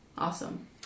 Awesome